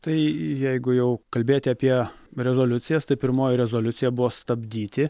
tai jeigu jau kalbėti apie rezoliucijas tai pirmoji rezoliucija buvo stabdyti